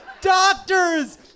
Doctors